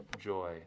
joy